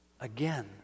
again